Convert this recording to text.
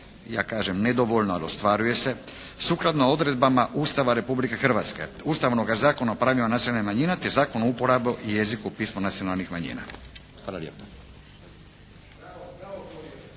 ja kažem nedovoljno ali ostvaruje se, sukladno odredbama Ustava Republike Hrvatske, Ustavnoga zakona o pravima nacionalnih manjina, te Zakon o uporabi jezika i pisma nacionalnih manjina.